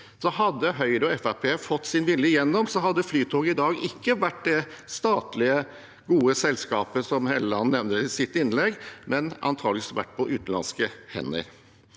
Hadde Høyre og Fremskrittspartiet fått sin vilje gjennom, hadde Flytoget i dag ikke vært det statlige, gode selskapet som Helleland nevner i sitt innlegg, men antageligvis vært på utenlandske hender.